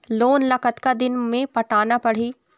Loan ला कतका दिन मे पटाना पड़ही?